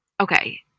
Okay